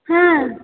हा